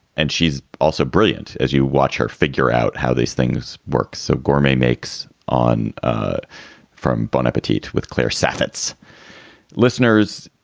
and she's also brilliant as you watch her figure out how these things work. so gourmet makes on ah from bon appetit with claire savitz listeners.